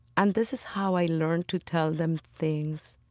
and this is how i learn to tell them things,